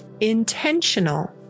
intentional